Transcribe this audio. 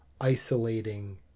isolating